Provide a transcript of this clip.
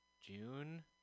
june